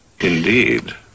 Indeed